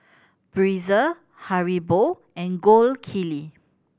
Breezer Haribo and Gold Kili